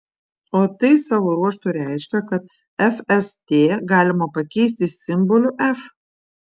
o tai savo ruožtu reiškia kad fst galima pakeisti simboliu f